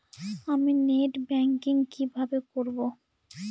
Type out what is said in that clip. আমি net banking কিভাবে করব?